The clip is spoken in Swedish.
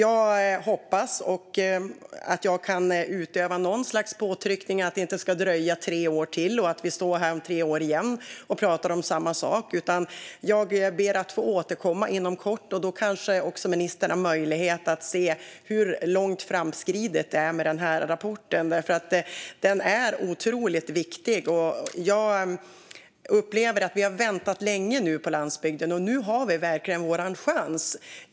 Jag hoppas att jag kan utöva något slags påtryckning så att det inte ska dröja tre år till och vi står här om tre år igen och pratar om samma sak. Jag ber att få återkomma inom kort. Då kanske också ministern har möjlighet att se hur långt framskridet arbetet med rapporten är. Den är otroligt viktig, och jag upplever att vi på landsbygden nu har väntat länge. Nu har vi verkligen vår chans.